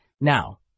Now